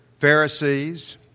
Pharisees